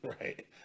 right